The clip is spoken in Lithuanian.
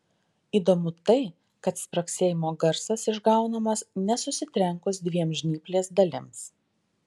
įdomu tai kad spragsėjimo garsas išgaunamas ne susitrenkus dviem žnyplės dalims